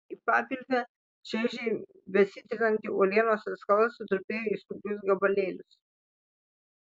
į papilvę čaižiai besitrinanti uolienos atskala sutrupėjo į smulkius gabalėlius